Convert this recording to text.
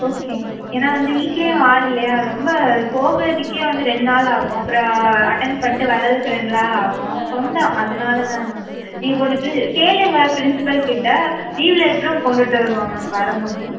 okay ma'am ஏன்னா வந்து வீட்டிலையும் ஆள் இல்லையா ரொம்ப போகுறதுக்கே வந்து ரெண்டு நாள் ஆகும் அப்புறம் அட்டென்ட் பண்ணிட்டு வரத்துக்கும் ரெண்டு நாள் ஆகும் சொந்தம் அதனால் தான் மேம் நீங்கள் கொஞ்சம் பிரி கேளுங்க பிரின்ஸிபல்கிட்ட லீவ் லெட்டரும் கொண்டுகிட்டு வருவாள் மேம் வரும்போது